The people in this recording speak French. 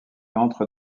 entre